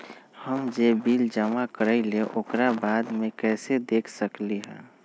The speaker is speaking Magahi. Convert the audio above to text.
हम जे बिल जमा करईले ओकरा बाद में कैसे देख सकलि ह?